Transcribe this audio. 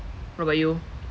what about you